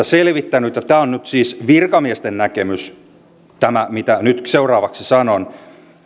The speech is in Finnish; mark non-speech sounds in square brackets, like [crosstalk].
[unintelligible] selvittänyt ja tämä on nyt siis virkamiesten näkemys tämä mitä nyt seuraavaksi sanon